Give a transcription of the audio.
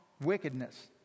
wickedness